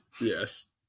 yes